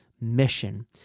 mission